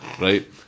right